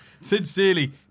sincerely